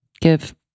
give